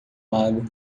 lago